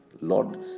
Lord